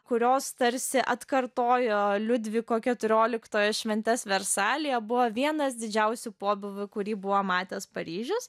kurios tarsi atkartojo liudviko keturioliktojo šventes versalyje buvo vienas didžiausių pobūvių kurį buvo matęs paryžius